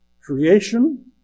Creation